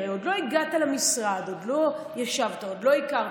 הרי עוד לא הגעת למשרד, עוד לא ישבת, עוד לא הכרת.